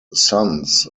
sons